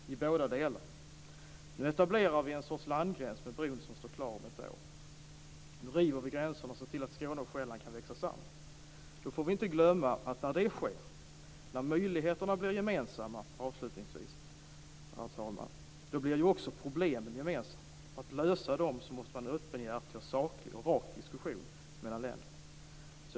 Nu etablerar vi en sorts landgräns med bron som står klar om ett år. Nu river vi gränserna och ser till att Skåne och Själland kan växa samman. Herr talman! Men avslutningsvis får vi inte glömma att när det sker, när möjligheterna blir gemensamma, blir ju också problemen gemensamma. För att lösa dem måste man ha en öppenhjärtig, saklig och rak diskussion mellan länderna.